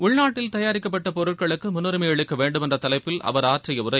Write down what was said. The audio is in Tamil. உள்நாட்டில் தயாரிக்கப்பட்ட பொருட்களுக்கு முன்னுரிமை அளிக்க வேண்டுமென்ற தலைப்பில் அவர் ஆற்றிய உரை